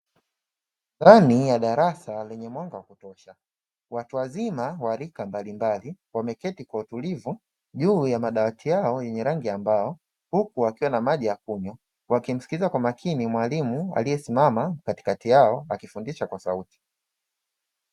Ndani ya darasa lenye mwanga wa kutosha, watu wazima wa rika mbalimbali wameketi kwa utulivu juu ya madawati hayo yenye rangi ya mbao huku yakiwa na maji ya kunywa wakimsikiliza kwa makini mwalimu aliyesimama katikati yao akifundisha kwa sauti.